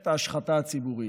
חטא ההשחתה הציבורית.